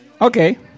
Okay